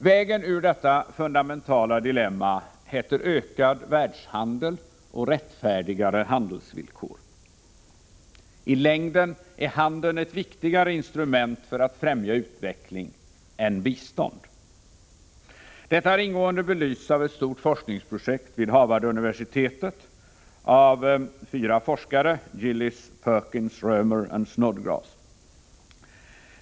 Vägen ut ur detta fundamentala dilemma heter ökad världshandel och rättfärdigare handelsvillkor. I längden är handel ett viktigare instrument för att främja utveckling än bistånd. Detta har ingående belysts av ett stort forskningsprojekt vid Harvarduniversitetet av fyra forskare — Gillis, Perkins, Roemer och Snodgrass.